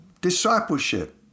discipleship